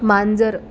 मांजर